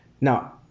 Now